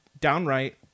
downright